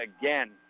Again